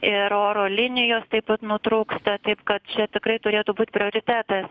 ir oro linijos taip pat nutrūksta taip kad čia tikrai turėtų būt prioritetas